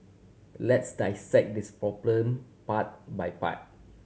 let's dissect this problem part by part